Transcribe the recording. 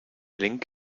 link